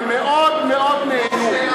הם מאוד מאוד נהנו.